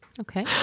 Okay